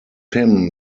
him